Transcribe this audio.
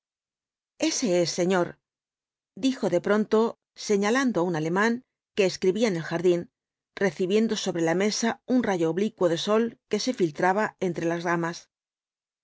ese es señor dijo de pronto señalando á un alemán que escribía en el jardín recibiendo sobre la mesa un rayo oblicuo de sol que se filtraba entre las ramas